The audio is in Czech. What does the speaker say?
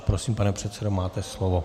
Prosím, pane předsedo, máte slovo.